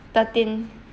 thirteenth